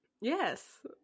yes